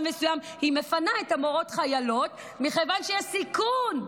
מסוים שהיא מפנה את המורות החיילות מכיוון שיש סיכון,